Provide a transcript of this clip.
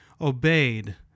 obeyed